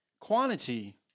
quantity